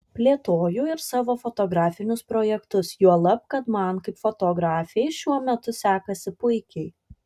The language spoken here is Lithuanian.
plėtoju ir savo fotografinius projektus juolab kad man kaip fotografei šiuo metu sekasi puikiai